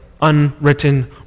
unwritten